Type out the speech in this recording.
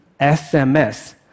SMS